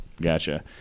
Gotcha